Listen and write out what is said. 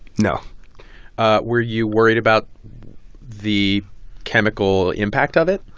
no were you worried about the chemical impact of it?